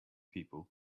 people